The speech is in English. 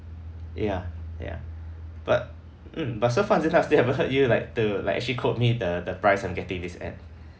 ya ya but mm but so far until now I still haven't heard you like to like actually quote me the the price I'm getting this at